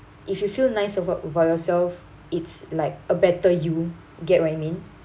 if you feel nice abou~ about yourself it's like a better you get what I mean